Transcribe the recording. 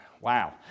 wow